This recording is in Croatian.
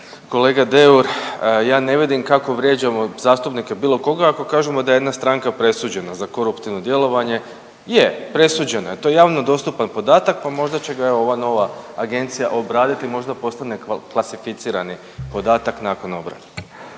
Kolega Deur, ja ne vidim kako vrijeđamo zastupnike bilo koga ako kažemo da je jedna stranka presuđena za koruptivno djelovanje. Je, presuđena je. To je javno dostupan podatak, pa možda će ga evo ova nova agencija obraditi. Možda postane klasificirani podatak nakon obrane?